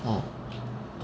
oh